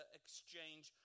exchange